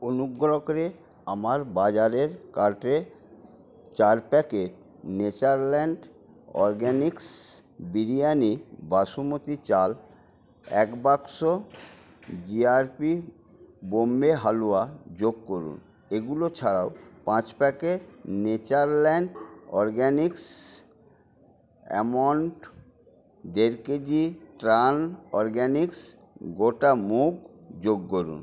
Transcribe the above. অনুগ্রহ করে আমার বাজারের কার্টে চার packet Natureland Organics biryani basmati চাল এক বাক্স জিআরপি বম্বে হালুয়া যোগ করুন এগুলো ছাড়াও পাঁচ প্যাকেট নেচারল্যান্ড অর্গ্যানিক্স আমণ্ড দেড় কেজি ট্রান অরগ্যানিক্স গোটা মুগ যোগ করুন